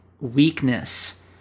weakness